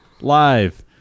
Live